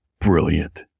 Brilliant